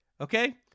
Okay